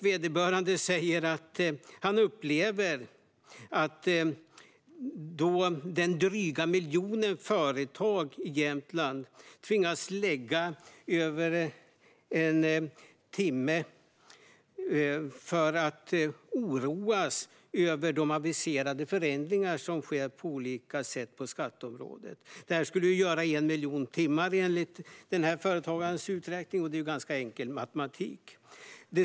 Vederbörande sa att han upplever att den dryga miljon företag som finns i Sverige tvingas lägga ned mer än en timme på att oroa sig över de aviserade förändringar som på olika sätt sker på skatteområdet. Enligt den här företagarens uträkning skulle det utgöra 1 miljon timmar.